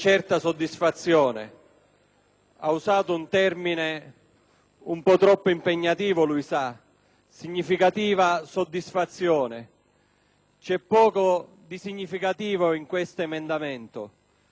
Ha usato un termine un po' troppo impegnativo quando ha parlato di «significativa soddisfazione». C'è poco di significativo in questo emendamento. Volevo ricordare